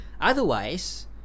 Otherwise